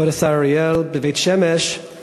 כבוד השר אריאל, בבית-שמש יש